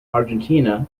argentina